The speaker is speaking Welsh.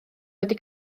wedi